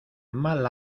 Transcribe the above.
mal